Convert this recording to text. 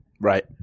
Right